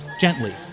gently